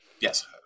Yes